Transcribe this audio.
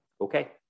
okay